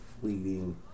fleeting